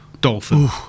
dolphin